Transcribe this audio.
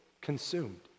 consumed